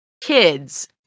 kids